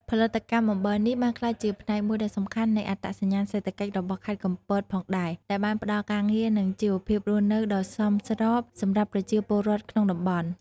ផលិតកម្មអំបិលនេះបានក្លាយជាផ្នែកមួយដ៏សំខាន់នៃអត្តសញ្ញាណសេដ្ឋកិច្ចរបស់ខេត្តកំពតផងដែរ ដែលបានផ្តល់ការងារនិងជីវភាពរស់នៅដ៏សមរម្យសម្រាប់ប្រជាពលរដ្ឋក្នុងតំបន់។